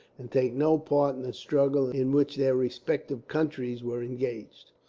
and take no part in the struggle in which their respective countries were engaged.